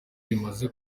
bimaze